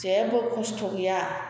जेबो खस्थ' गैया